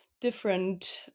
different